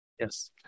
Yes